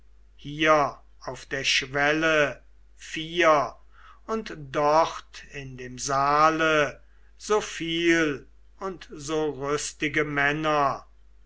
hier auf der schwelle vier und dort in dem saale so viel und so rüstige männer